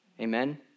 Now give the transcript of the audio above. Amen